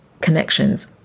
connections